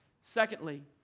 Secondly